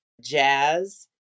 jazz